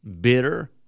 bitter